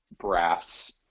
brass